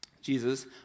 Jesus